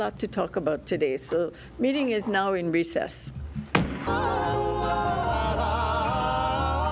lot to talk about today's meeting is now in recess w